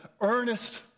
earnest